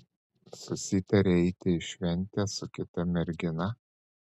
susitarei eiti į šventę su kita mergina